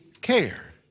care